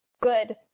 Good